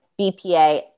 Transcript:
BPA